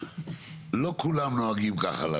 לא כולם נוהגים ככה לעשות.